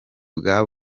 bwa